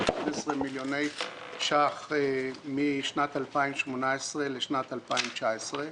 311 מיליוני שקלים משנת 2018 לשנת 2019,